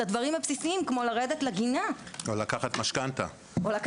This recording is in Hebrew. הדברים הבסיסיים כמו לרדת לגינה או לקחת משכנתא.